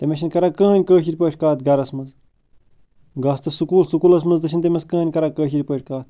تٔمِس چھُنہٕ کَران کٕہٕنۍ کٲشِر پٲٹھۍ کَتھ گَرس منٛز گژھ تہٕ سُکوٗل سُکوٗلس منٛز تہِ چھِنہٕ تٔمس کٕہٕنۍ کَران کٲشِر پٲٹھۍ کَتھ